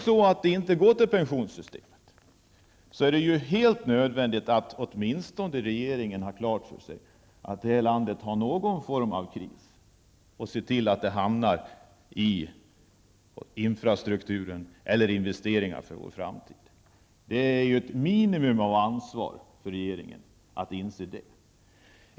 Går inte pengarna till pensionssystemet är det helt nödvändigt att regeringen åtminstone har klart för sig att det här landet har någon form av kris och att den ser till att pengarna hamnar i infrastrukturen eller i investeringar för vår framtid. Det är ett minimum av ansvar att regeringen inser det.